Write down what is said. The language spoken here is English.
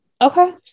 Okay